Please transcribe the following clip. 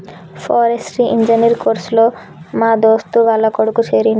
forestry engineer course లో మా దోస్తు వాళ్ల కొడుకు చేరిండు